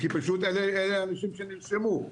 כי פשוט אלה האנשים שנרשמו.